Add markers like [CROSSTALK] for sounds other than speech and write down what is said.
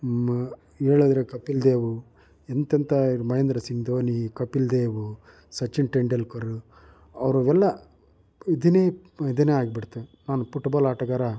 ಹೇಳದರೆ ಕಪಿಲ್ ದೇವು ಎಂಥೆಂಥ ಮಹೇಂದ್ರ ಸಿಂಗ್ ಧೋನಿ ಕಪಿಲ್ ದೇವು ಸಚಿನ್ ತೆಂಡುಲ್ಕರು ಅವರೆಲ್ಲ [UNINTELLIGIBLE] ಆಗಿಬಿಡ್ತು ಅವನು ಪುಟ್ಬಾಲ್ ಆಟಗಾರ